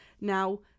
Now